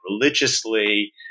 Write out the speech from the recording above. religiously